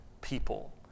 people